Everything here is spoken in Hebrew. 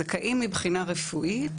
זכאים מבחינה רפואית,